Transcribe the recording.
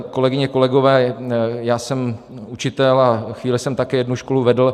Kolegyně, kolegové, já jsem učitel a chvíli jsem také jednu školu vedl.